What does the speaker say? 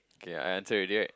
okay I answer already right